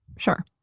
sure,